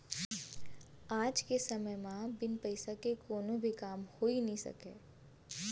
आज के समे म बिन पइसा के कोनो भी काम होइ नइ सकय